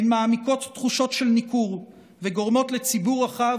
הן מעמיקות תחושות של ניכור וגורמות לציבור רחב